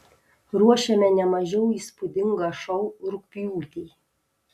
ruošiame ne mažiau įspūdingą šou rugpjūtį